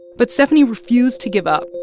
but steffanie refused to give up.